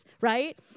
right